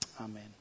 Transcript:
Amen